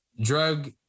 drug